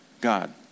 God